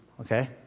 Okay